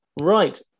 Right